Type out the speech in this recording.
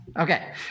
Okay